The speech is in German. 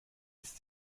ist